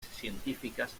científicas